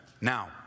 Now